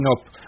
up